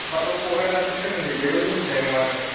होमब्लाथ' क'क्राझारनि सोमोन्दै जेबो मिन्थिनाय नङो नोङो